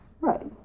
Right